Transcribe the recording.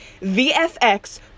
VFX